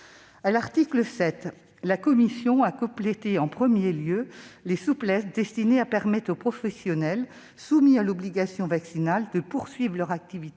À l'article 7, la commission a étendu les souplesses destinées à permettre aux professionnels soumis à l'obligation vaccinale de poursuivre leur activité